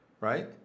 right